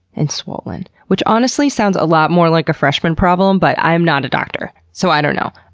and swollen. which honestly, sounds a lot more like a freshman problem but, i am not a doctor. so, i don't know.